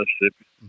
Mississippi